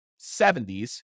70s